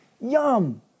Yum